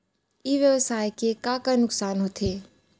ई व्यवसाय के का का नुक़सान होथे?